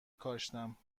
کاشتم